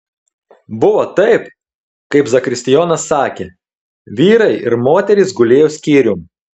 buvo taip kaip zakristijonas sakė vyrai ir moterys gulėjo skyrium